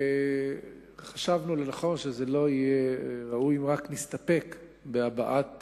חשבנו שזה לא יהיה ראוי אם רק נסתפק בהבעת